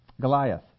Goliath